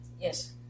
Yes